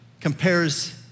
compares